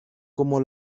como